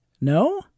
No